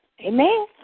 Amen